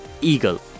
eagle